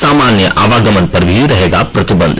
सामान्य आवागमन पर भी रहेगा प्रतिबंध